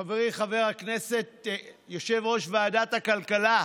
חברי חבר הכנסת יושב-ראש ועדת הכלכלה,